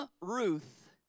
Ruth